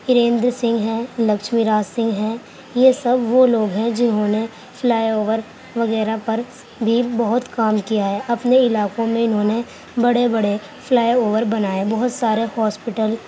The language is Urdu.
ہیریندر سنگھ ہیں لکچھمی راج سنگھ ہیں یہ سب وہ لوگ ہیں جنہوں نے فلائی اوور وغیرہ پر بھی بہت کام کیا ہے اپنے علاقوں میں انہوں نے بڑے بڑے فلائی اوور بنائے بہت سارے ہاسپیٹل